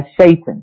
Satan